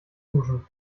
duschen